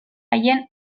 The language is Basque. haien